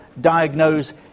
diagnose